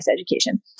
education